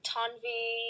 Tanvi